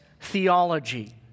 theology